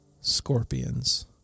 Scorpions